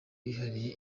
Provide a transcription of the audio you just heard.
bihariye